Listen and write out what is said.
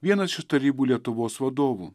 vienas iš tarybų lietuvos vadovų